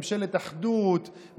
ממשלת אחדות,